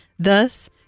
thus